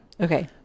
Okay